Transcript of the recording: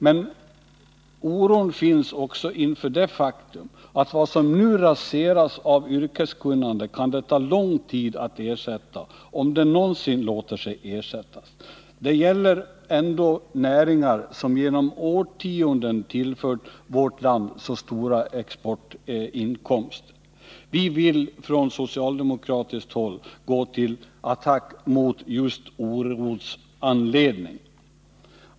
Men oron finns också inför det faktum att vad som nu raseras av yrkeskunnande kan det ta lång tid att ersätta — om det någonsin låter sig ersättas. Det gäller ändå näringar som genom årtionden tillfört vårt land så stora exportinkomster. Vi vill från socialdemokratiskt håll gå till attack just med anledning av denna oro.